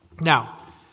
Now